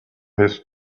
his